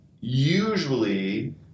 usually